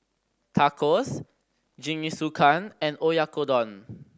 Tacos Jingisukan and Oyakodon